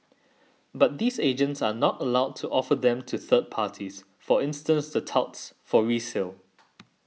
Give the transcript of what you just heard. but these agents are not allowed to offer them to third parties for instance the touts for resale